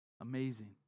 Amazing